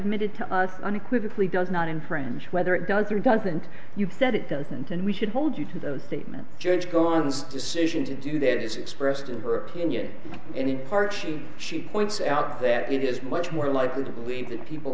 admitted to us unequivocally does not infringe whether it does or doesn't you've said it doesn't and we should hold you to those statements judged on this decision to do that is expressed in her opinion and in part she she points out that it is much more likely to believe that people